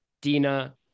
Dina